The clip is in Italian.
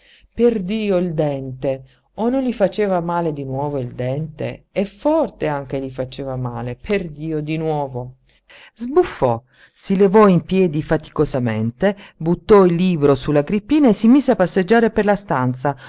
mandibola perdio il dente o non gli faceva male di nuovo il dente e forte anche gli faceva male perdio di nuovo sbuffò si levò in piedi faticosamente buttò il libro su la greppina e si mise a passeggiare per la stanza